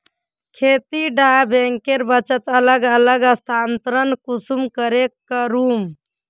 खेती डा बैंकेर बचत अलग अलग स्थानंतरण कुंसम करे करूम?